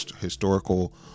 historical